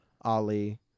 Ali